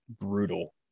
brutal